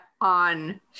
on